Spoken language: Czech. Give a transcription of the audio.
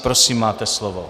Prosím, máte slovo.